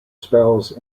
spells